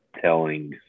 telling